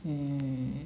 mm